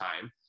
time